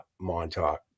Montauk